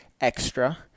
extra